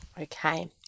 Okay